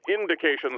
Indications